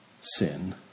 sin